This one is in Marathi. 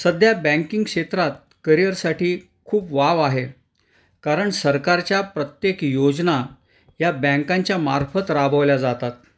सध्या बँकिंग क्षेत्रात करिअरसाठी खूप वाव आहे कारण सरकारच्या प्रत्येक योजना या बँकांच्या मार्फत राबवल्या जातात